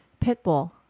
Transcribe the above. Pitbull